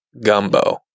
gumbo